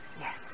Yes